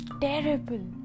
terrible